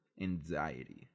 anxiety